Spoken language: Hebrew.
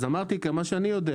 אז אמרתי, כמה שאני יודע.